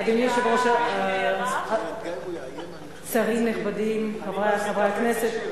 אדוני היושב-ראש, שרים נכבדים, חברי חברי הכנסת,